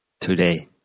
today